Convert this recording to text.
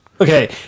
Okay